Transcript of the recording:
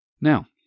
Now